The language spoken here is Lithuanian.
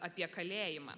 apie kalėjimą